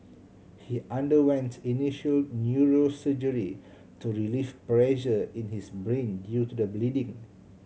he underwent initial neurosurgery to relieve pressure in his brain due to the bleeding